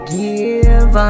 give